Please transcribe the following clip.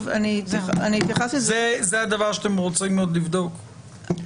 זה הדבר שאתם רוצים עוד לבדוק.